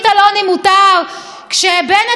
כשבנט רוצה את פסקת ההתגברות,